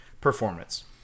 Performance